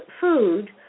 food